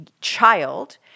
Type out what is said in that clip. child